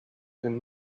than